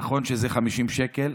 נכון שזה 50 שקלים,